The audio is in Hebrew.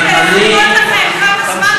ולחכות לכם.